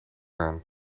aan